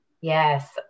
yes